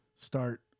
start